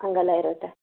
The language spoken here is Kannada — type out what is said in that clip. ಹಂಗಲ್ಲ ಇರುತ್ತೆ